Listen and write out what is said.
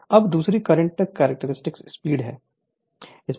Refer Slide Time 1953 अब दूसरी current characteristic speed है